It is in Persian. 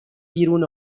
بیرون